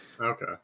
Okay